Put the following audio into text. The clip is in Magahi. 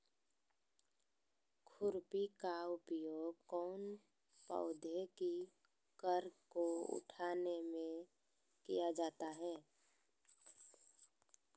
खुरपी का उपयोग कौन पौधे की कर को उठाने में किया जाता है?